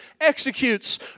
executes